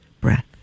breath